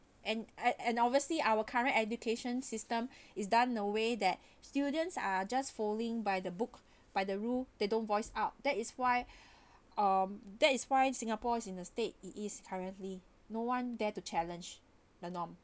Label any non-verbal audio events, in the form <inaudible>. and and and obviously our current education system <breath> is done a way that <breath> students are just folding by the book by the rule they don't voice out that is why <breath> um that is why singapore is in a state it is currently no one dare to challenge the norm